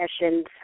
sessions